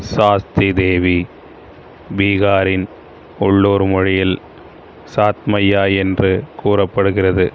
சாஸ்தி தேவி பீகாரின் உள்ளூர் மொழியில் சாத் மய்யா என்று கூறப்படுகிறது